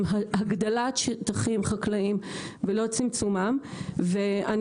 עם הגדלת שטחים חקלאיים ולא צמצומם ואני